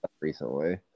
recently